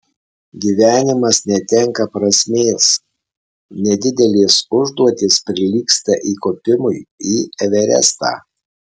gyvenimas netenka prasmės nedidelės užduotys prilygsta įkopimui į everestą